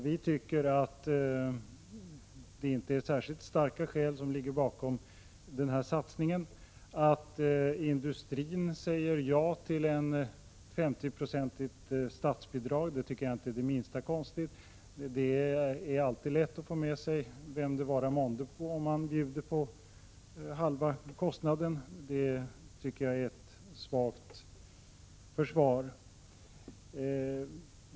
Vi tycker inte att det är särskilt starka skäl som ligger bakom satsningen. Att industrin säger ja till ett 50-procentigt statsbidrag tycker jag inte är det minsta konstigt. Det är alltid lätt att få med sig vem det vara månde om man bjuder på halva kostnaden. Det tycker jag var ett svagt försvar.